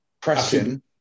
pressing